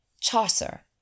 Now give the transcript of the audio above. Chaucer